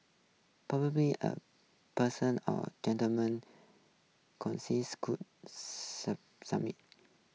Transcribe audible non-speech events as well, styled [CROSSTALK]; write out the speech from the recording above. [UNINTELLIGIBLE] a person or gentleman [UNINTELLIGIBLE] could [UNINTELLIGIBLE]